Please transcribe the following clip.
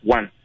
One